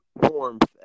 warmth